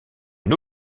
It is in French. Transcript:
une